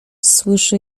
słyszy